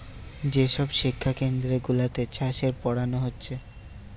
যে সব শিক্ষা কেন্দ্র গুলাতে চাষের পোড়ানা হচ্ছে